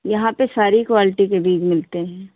यहाँ पर सारी क्वाल्टी के बीज मिलते हैं